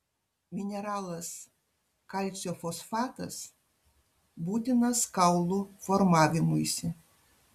mineralas kalcio fosfatas būtinas kaulų formavimuisi